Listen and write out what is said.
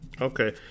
Okay